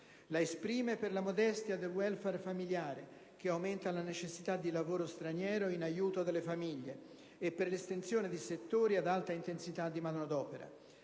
la esprime per la modestia del *welfare* familiare, che aumenta la necessità di lavoro straniero in aiuto delle famiglie, e per l'estensione di settori ad alta intensità di manodopera.